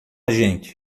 gente